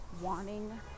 wanting